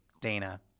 Dana